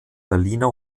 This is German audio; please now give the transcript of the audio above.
berliner